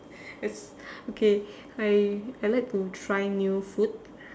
it's okay I I like to try new food